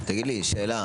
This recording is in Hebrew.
יש לי שאלה.